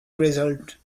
result